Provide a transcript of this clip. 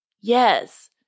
yes